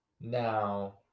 Now